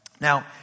Now